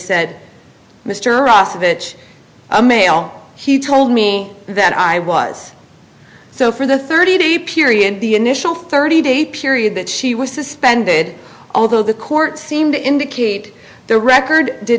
said mr ross of it a male he told me that i was so for the thirty day period the initial thirty day period that she was suspended although the court seemed to indicate the record did